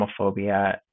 homophobia